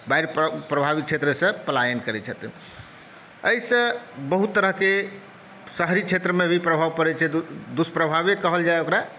बाढ़ि प्रभावित क्षेत्रसँ पलायन करैत छथिन एहिसँ बहुत तरहके शहरी क्षेत्रमे भी प्रभाव पड़ैत छै दुष्प्रभावे कहल जाय ओकरा